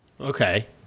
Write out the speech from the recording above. Okay